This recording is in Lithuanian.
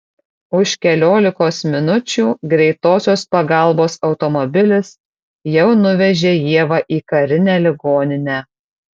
už keliolikos minučių greitosios pagalbos automobilis jau nuvežė ievą į karinę ligoninę